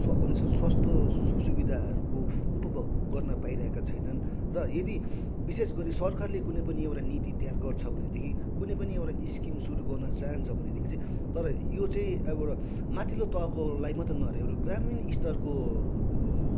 स्वा भनेपछि स्वास्थ्य सु सुविधाहरूको उपभोग गर्न पाइरहेका छैनन् र यदि विशेष गरी सरकारले कुनै पनि एउटा नीति तयार गर्छ भनेदेखि कुनै पनि एउटा स्किम सुरु गर्न चाहन्छ भनेदेखि चाहिँ तर यो चाहिँ एउटा माथिल्लो तहकोलाई मात्र नभएर एउटा ग्रामीण स्तरको